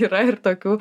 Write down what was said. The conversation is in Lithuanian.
yra ir tokių